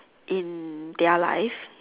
in their life